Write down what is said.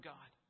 God